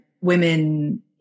women